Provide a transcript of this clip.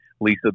Lisa